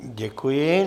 Děkuji.